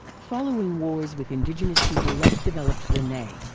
following wars with indigenous people less developed than they,